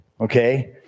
okay